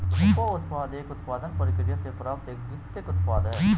उपोत्पाद एक उत्पादन प्रक्रिया से प्राप्त एक द्वितीयक उत्पाद है